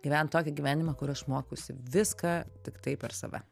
gyvent tokį gyvenimą kur aš mokausi viską tiktai per save